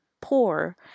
poor